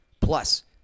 Plus